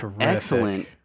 excellent